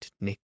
nick